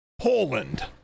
Poland